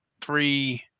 three